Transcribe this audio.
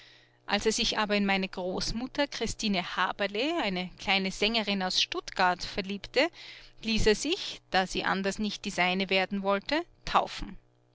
als er sich aber in meine großmutter christine haberle eine kleine sängerin aus stuttgart verliebte ließ er sich da sie anders nicht die seine werden wollte taufen